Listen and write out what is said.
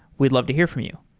we'd love to hear from you.